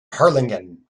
harlingen